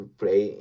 play